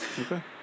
okay